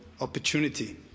opportunity